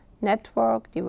network